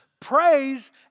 praise